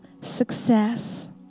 success